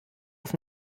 auf